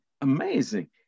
amazing